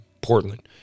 Portland